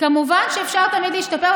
כמובן שאפשר תמיד להשתפר,